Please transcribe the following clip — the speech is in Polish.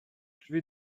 drzwi